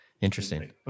Interesting